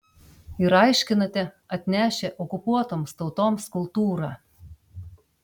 ir aiškinate atnešę okupuotoms tautoms kultūrą